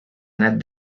anat